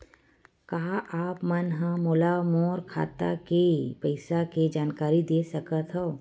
का आप मन ह मोला मोर खाता के पईसा के जानकारी दे सकथव?